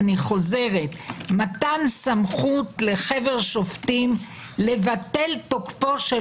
אני חוזרת: מתן סמכות לחבר שופטים לבטל את תוקפו של